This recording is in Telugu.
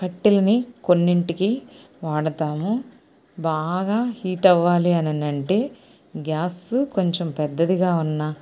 కట్టెలని కొన్నింటికి వాడతాము బాగా హీట్ అవ్వాలి అని అంటే గ్యాసు కొంచెం పెద్దదిగా ఉన్న